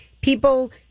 people